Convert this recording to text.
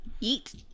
Eat